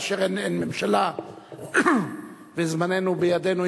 כאשר אין ממשלה וזמננו בידנו,